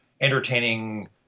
entertaining